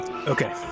Okay